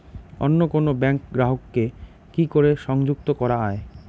অন্য কোনো ব্যাংক গ্রাহক কে কি করে সংযুক্ত করা য়ায়?